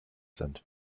sind